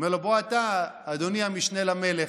הוא אומר לו: בוא אתה, אדוני המשנה למלך,